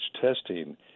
testing